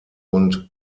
und